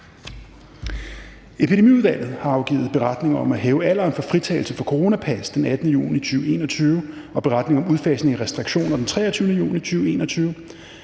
Epidemiudvalget har afgivet: Beretning om at hæve alderen for fritagelse for coronapas den 18. juni 2021. (Beretning nr. 32) og Beretning om udfasning af restriktioner den 23. juni 2021.